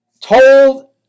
told